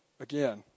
Again